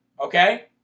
okay